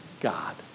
God